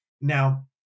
Now